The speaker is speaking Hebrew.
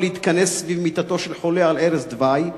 להתכנס סביב מיטתו של חולה על ערש דווי,